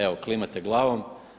Evo klimate glavom.